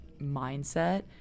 mindset